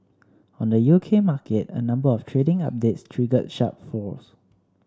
on the U K market a number of trading updates triggered sharp falls